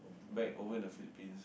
back over in the Philippines